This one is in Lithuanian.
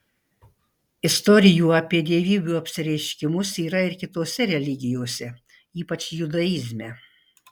istorijų apie dievybių apsireiškimus yra ir kitose religijose ypač judaizme